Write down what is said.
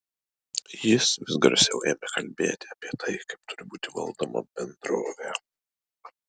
jis vis garsiau ėmė kalbėti apie tai kaip turi būti valdoma bendrovė